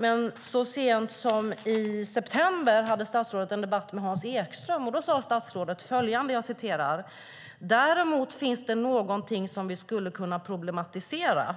Men så sent som i september hade statsrådet en debatt med Hans Ekström, och då sade statsrådet: "Däremot finns det någonting som vi skulle kunna problematisera,